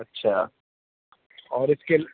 اچھا اور اس کے